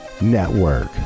Network